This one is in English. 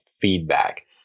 feedback